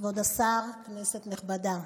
כבוד השר, כנסת נכבדה,